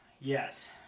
Yes